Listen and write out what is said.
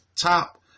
top